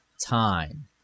time